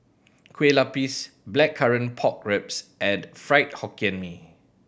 Kueh Lapis Blackcurrant Pork Ribs and Fried Hokkien Mee